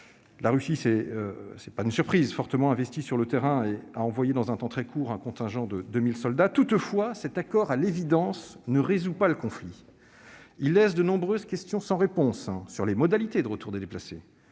La Russie, ce n'est pas une surprise, s'est fortement investie sur le terrain et a déployé en un temps très court un contingent de 2 000 soldats. Toutefois, cet accord, à l'évidence, ne résout pas le conflit. Il laisse de nombreuses questions sans réponse : sur les modalités de retour des déplacés,